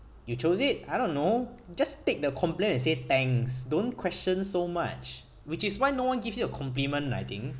you chose it I don't know just take the complain and say thanks don't question so much which is why no one gives you a compliment I think